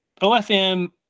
OFM